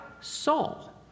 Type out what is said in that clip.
Saul